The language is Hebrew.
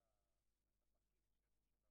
לפעול מבחינה מינהלית כלפי בעל הרישיון,